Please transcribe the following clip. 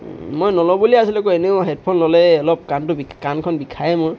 মই নলওঁ বুলিয়ে আছিলোঁ আকৌ এনেও হেডফোন ল'লে অলপ কাণটো কাণখন বিষায়ে মোৰ